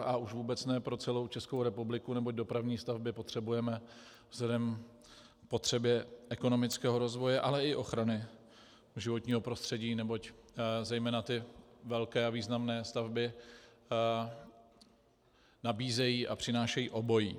A už vůbec ne pro celou Českou republiku, neboť dopravní stavby potřebujeme vzhledem k potřebě ekonomického rozvoje, ale i ochrany životního prostředí, neboť zejména ty velké a významné stavby nabízejí a přinášejí obojí.